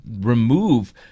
remove